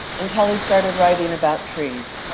until he started writing about trees.